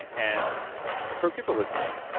and and for people listening,